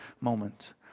moment